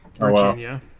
Virginia